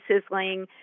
sizzling